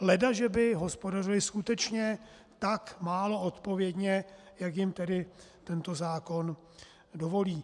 Ledaže by hospodařily skutečně tak málo odpovědně, jak jim tento zákon dovolí.